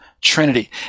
trinity